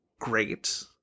great